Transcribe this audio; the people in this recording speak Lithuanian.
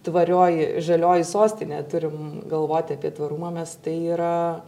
tvarioji žalioji sostinė turim galvoti apie tvarumą mes tai yra